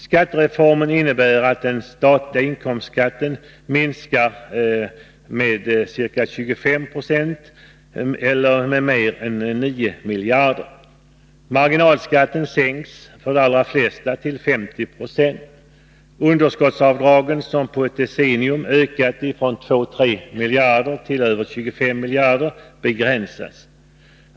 Skattereformen innebär att den statliga inkomstskatten minskar med ca 25 0 eller med mer än 9 miljarder. Marginalskatten sänks — för de allra flesta till 50 20. Underskottsavdragen, som på ett decennium ökat från 2-3 miljarder till över 25 miljarder, begränsas.